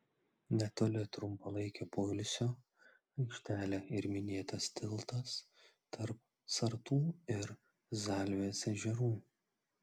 netoli trumpalaikio poilsio aikštelė ir minėtas tiltas tarp sartų ir zalvės ežerų